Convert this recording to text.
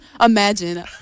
imagine